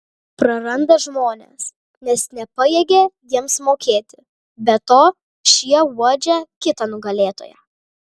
praranda žmones nes nepajėgia jiems mokėti be to šie uodžia kitą nugalėtoją